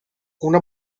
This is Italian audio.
una